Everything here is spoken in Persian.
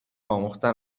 آموختن